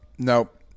Nope